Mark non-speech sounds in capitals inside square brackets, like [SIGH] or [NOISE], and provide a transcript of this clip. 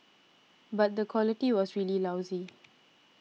but the quality was really lousy [NOISE]